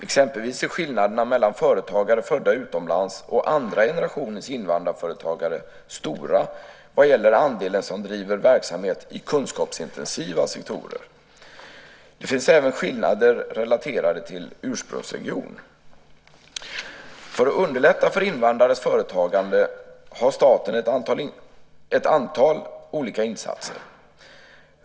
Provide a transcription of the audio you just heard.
Exempelvis är skillnaderna mellan företagare födda utomlands och andra generationens invandrarföretagare stora vad gäller andelen som driver verksamhet i kunskapsintensiva sektorer. Det finns även skillnader relaterade till ursprungsregion. För att underlätta för invandrares företagande gör staten ett antal olika insatser.